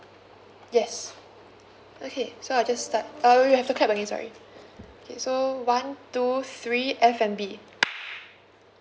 yes okay so I'll just start uh we have to clap again sorry okay so one two three F&B